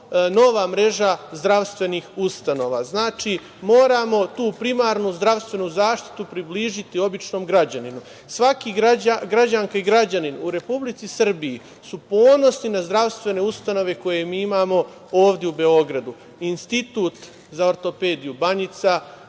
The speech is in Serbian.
nova mreža zdravstvenih ustanova. Znači, moramo tu primarnu zdravstvenu zaštitu približiti običnom građaninu. Svaka građanka i građanin u Republici Srbiji su ponosni na zdravstvene ustanove koje mi imamo ovde u Beogradu. Institut za ortopediju Banjica,